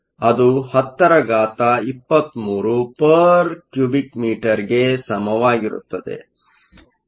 ಅದು 1023 m 3 ಗೆ ಸಮವಾಗಿರುತ್ತದೆ